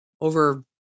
over